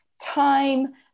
time